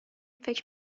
فکر